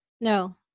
No